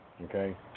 Okay